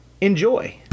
enjoy